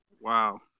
Wow